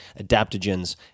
adaptogens